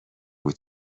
بود